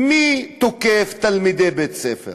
מי תוקף תלמידי בית-ספר?